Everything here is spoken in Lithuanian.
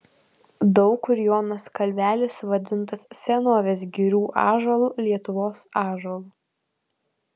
daug kur jonas kalvelis vadintas senovės girių ąžuolu lietuvos ąžuolu